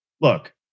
look